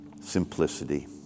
Simplicity